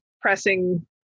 pressing